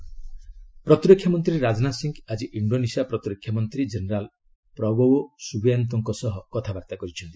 Rajnath Indonesia ପ୍ରତିରକ୍ଷା ମନ୍ତ୍ରୀ ରାଜନାଥ ସିଂହ ଆଜି ଇଣ୍ଡୋନେସିଆ ପ୍ରତିରକ୍ଷା ମନ୍ତ୍ରୀ ଜେନେରାଲ୍ ପ୍ରବୋଓ୍ବୋ ସୁବିଆନ୍ତୋଙ୍କ ସହ କଥାବାର୍ତ୍ତା କରିଛନ୍ତି